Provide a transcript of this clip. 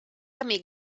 amic